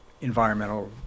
environmental